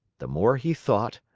the more he thought,